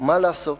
מה לעשות?